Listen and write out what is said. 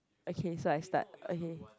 okay so I start okay